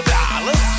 dollars